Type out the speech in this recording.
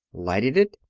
lighted it,